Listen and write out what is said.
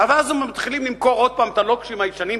ואז מתחילים למכור עוד פעם את הלוקשים הישנים,